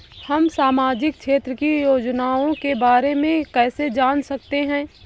हम सामाजिक क्षेत्र की योजनाओं के बारे में कैसे जान सकते हैं?